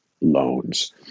loans